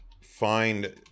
find